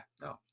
no